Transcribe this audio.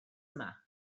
yma